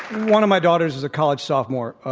one of my daughters is a college sophomore.